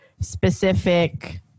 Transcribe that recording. specific